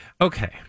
Okay